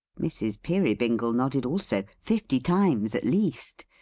mrs. peerybingle nodded also, fifty times at least.